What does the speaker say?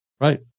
right